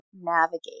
navigate